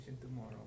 tomorrow